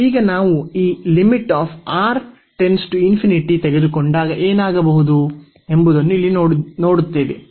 ಈಗ ನಾವು ಈ ತೆಗೆದುಕೊಂಡಾಗ ಏನಾಗಬಹುದು ಎಂಬುದನ್ನು ಇಲ್ಲಿ ನೋಡುತ್ತೇವೆ